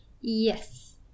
Yes